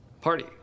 party